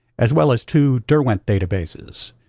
as well as two derwent databases.